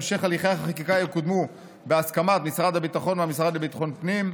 בהמשך הליכי החקיקה יקודמו בהסכמת משרד הביטחון והמשרד לביטחון הפנים.